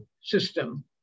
system